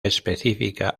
específica